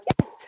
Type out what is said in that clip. yes